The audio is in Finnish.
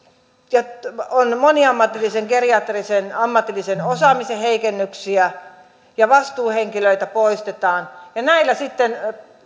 on moniammatillisen geriatrisen ammatillisen osaamisen heikennyksiä ja vastuuhenkilöitä poistetaan ja